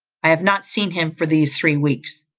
i have not seen him for these three weeks.